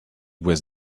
with